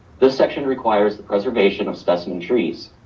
this section requires the preservation of specimen trees.